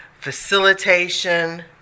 facilitation